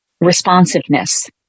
responsiveness